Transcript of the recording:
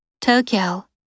Tokyo